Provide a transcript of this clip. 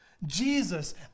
Jesus